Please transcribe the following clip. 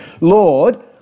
Lord